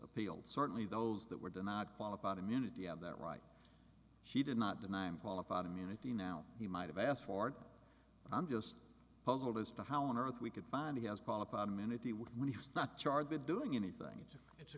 appeal certainly those that were do not qualified immunity have that right she did not deny him qualified immunity now he might have asked for i'm just puzzled as to how on earth we could find he has qualified immunity when he's not charged with doing anything it's a it's a